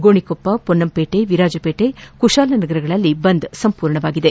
ಗೋಣಿಕೊಪ್ಪ ಪೊನ್ನಂಪೇಟೆ ವಿರಾಜಪೇಟೆ ಕುಶಾಲನಗರಗಳಲ್ಲಿ ಬಂದ್ ಸಂಪೂರ್ಣವಾಗಿದೆ